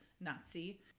Nazi